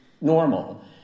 normal